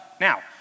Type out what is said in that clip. Now